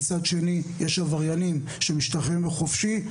מצד שני יש עבריינים שמשתחררים לחופשי,